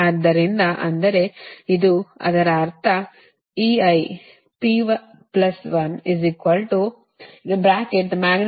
ಆದ್ದರಿಂದ ಅಂದರೆ ಇದು ಅದರ ಅರ್ಥ ಅದು ಸಮೀಕರಣ 19